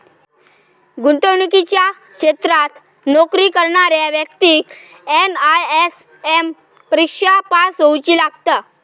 गुंतवणुकीच्या क्षेत्रात नोकरी करणाऱ्या व्यक्तिक एन.आय.एस.एम परिक्षा पास होउची लागता